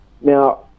Now